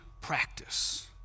practice